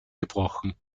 gebrochen